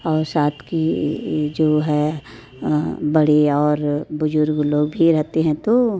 और साथ की जो है बड़े और बुजुर्ग लोग भी रहते हैं तो